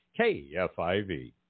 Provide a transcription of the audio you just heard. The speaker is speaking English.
KFIV